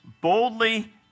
boldly